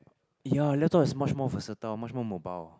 ya laptop is much more versatile much more mobile